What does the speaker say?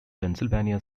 pennsylvania